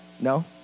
No